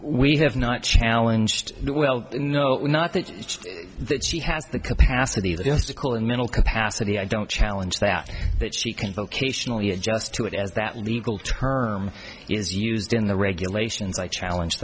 we have not challenge to do well no not that that she has the capacity to call in mental capacity i don't challenge that but she can vocationally adjust to it as that legal term is used in the regulations i challenge